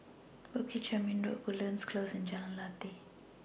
Bukit Chermin Road Woodlands Close and Jalan Lateh